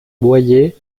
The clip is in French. boyer